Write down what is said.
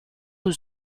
aux